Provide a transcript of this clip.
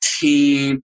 team